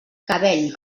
cabell